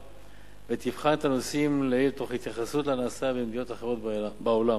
ותבחן את הנושאים לעיל תוך התייחסות לנעשה במדינות אחרות בעולם.